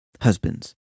husbands